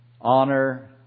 honor